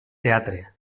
teatre